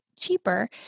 cheaper